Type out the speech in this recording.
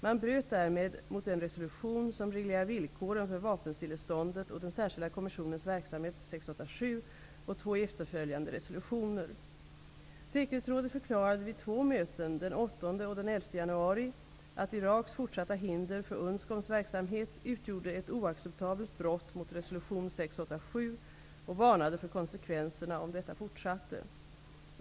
Man bröt därmed mot den resolution som reglerar villkoren för vapenstilleståndet och den särskilda kommissionens verksamhet -- 687 -- och två efterföljande resolutioner. Säkerhetsrådet förklarade vid två möten, den 8 och den 11 januari, att Iraks fortsatta hinder för UNSCOM:s verksamhet utgjorde ett oacceptabelt brott mot resolution 687 och varnade för konsekvenserna om detta fortsatte.